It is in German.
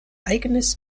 eigenes